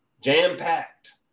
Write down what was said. jam-packed